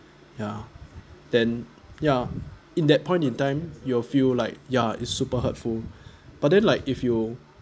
ya then ya in that point in time you will feel like ya it's super hurtful but then like if you